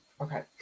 Okay